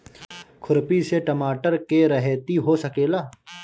खुरपी से टमाटर के रहेती हो सकेला?